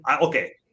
okay